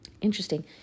Interesting